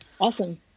Awesome